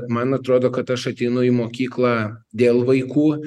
man atrodo kad aš ateinu į mokyklą dėl vaikų